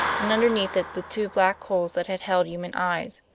and underneath it the two black holes that had held human eyes.